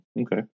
Okay